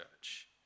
church